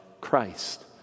Christ